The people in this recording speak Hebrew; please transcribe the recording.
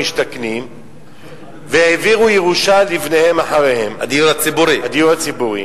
משתכנים והעבירו ירושה לבניהם אחריהם הדיור הציבורי.